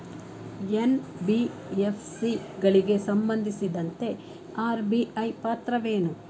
NBFC ಗಳಿಗೆ ಸಂಬಂಧಿಸಿದಂತೆ RBI ಪಾತ್ರವೇನು?